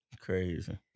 Crazy